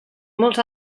molts